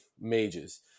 mages